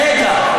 רגע.